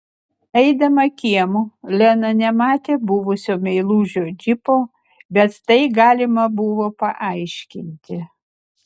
eidama kiemu lena nematė buvusio meilužio džipo bet tai galima buvo paaiškinti